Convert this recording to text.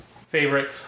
favorite